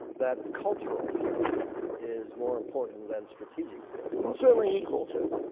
that cultural fit is more important than strategic fit. and or certainly equal to.